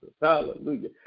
Hallelujah